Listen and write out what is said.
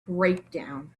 breakdown